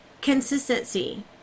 Consistency